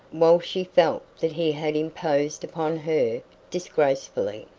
while she felt that he had imposed upon her disgracefully.